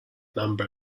number